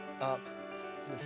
up